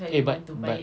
eh but but